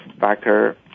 factor